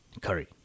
curry